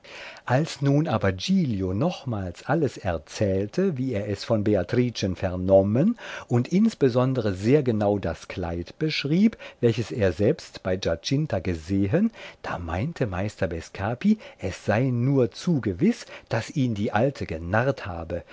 als nun aber giglio nochmals alles erzählte wie er es von beatricen vernommen und insbesondere sehr genau das kleid beschrieb welches er selbst bei giacinta gesehen da meinte meister bescapi es sei nur zu gewiß daß ihn die alte genarrt habe